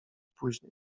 później